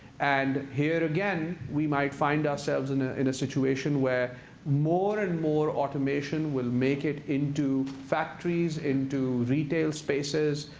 and here again we might find ourselves in ah in a situation where more and more automation will make it into factories, into retail spaces.